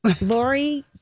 Lori